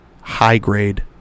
high-grade